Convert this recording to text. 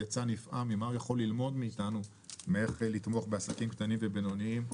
יצא נפעם ממה הוא יכול ללמוד מאתנו איך לתמוך בעסקים קטנים ובינוניים.